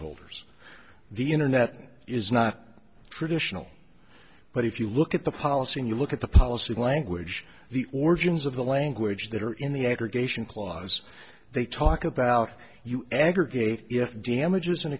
holders the internet is not traditional but if you look at the policy and you look at the policy language the origins of the language that are in the aggregation clause they talk about you aggregate if damages and